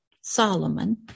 Solomon